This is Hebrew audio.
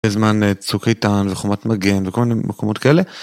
בזמן צוק איתן וחומת מגן וכל מיני מקומות כאלה.